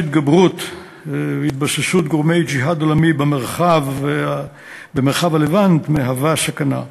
התגברות והתבססות גורמי ג'יהאד עולמי במרחב הלבנט מהוות סכנה.